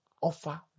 offer